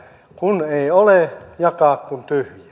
kun ei ole jakaa kuin tyhjää